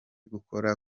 gukora